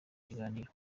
kiganiro